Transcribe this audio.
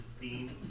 theme